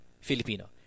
Filipino